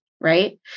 right